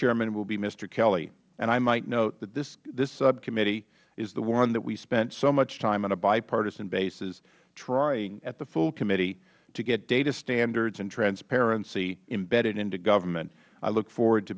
chairman will be mr hkelly and i might note that this subcommittee is the one that we spent so much time on a bipartisan basis trying at the full committee to get data standards and transparency embedded into government i look forward to